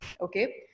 okay